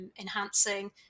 enhancing